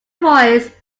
voice